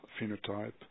phenotype